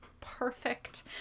perfect